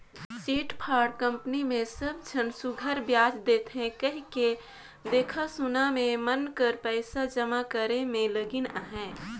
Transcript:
chit fund company मे सब झन सुग्घर बियाज देथे कहिके देखा सुना में मन कर पइसा जमा करे में लगिन अहें